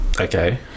okay